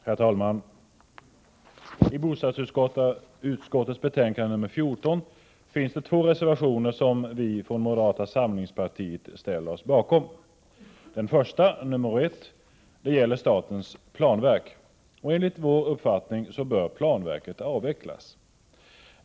Herr talman! I bostadsutskottets betänkande nr 14 finns två reservationer som vi från moderata samlingspartiet ställer oss bakom. Den första, reservation nr 1, gäller statens planverk. Enligt vår uppfattning bör planverket avvecklas.